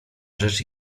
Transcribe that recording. rzecz